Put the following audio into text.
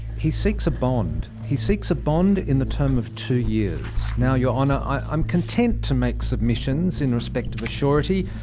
he seeks a bond he seeks a bond in the term of two years. now, your honour, i'm content to make submissions in respect of a surety.